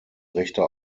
rechter